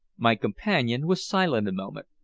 my companion was silent a moment,